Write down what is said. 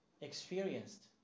experienced